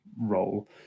role